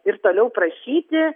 ir toliau prašyti